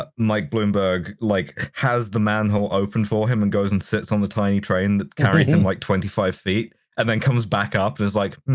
but mike bloomberg, like, has the manhole opened for him and goes and sits on the tiny train that carries him like twenty five feet, and then comes back up and is like, mm.